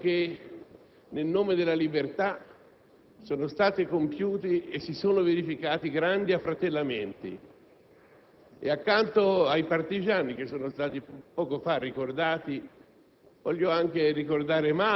È stato detto che, nel nome della libertà, sono stati compiuti e si sono verificati grandi affratellamenti e, accanto ai partigiani poco fa ricordati,